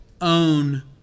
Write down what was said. own